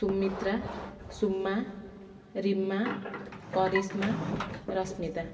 Sumitra Suma Rima Karishma Rashmita